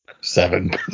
seven